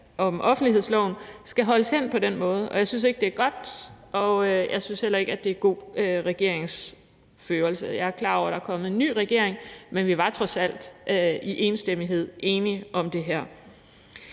om offentlighedsloven, skal holdes hen på den måde. Jeg synes ikke, det er godt, og jeg synes heller ikke, det er god regeringsførelse. Jeg er klar over, at der er kommet en ny regering, men vi var trods alt i enstemmighed enige om det her.